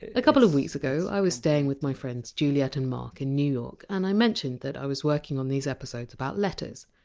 a couple of weeks ago, i was staying with my friends juliet and mark in new york. and i mentioned that i was working on these episodes about letters.